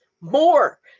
more